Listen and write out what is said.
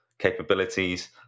capabilities